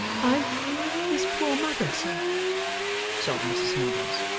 i'm his poor mother, sir sobbed mrs nubbles,